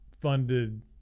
funded